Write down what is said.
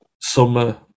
summer